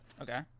Okay